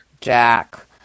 Jack